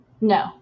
No